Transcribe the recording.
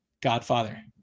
Godfather